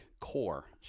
core